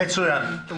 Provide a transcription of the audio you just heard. מצוין.